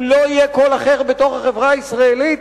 אם לא יהיה קול אחר בתוך החברה הישראלית,